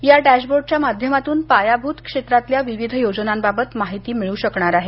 या डॅशबोर्डच्या माध्यमातून पायाभूत क्षेत्रातल्या विविध योजनांबाबत माहिती मिळू शकेल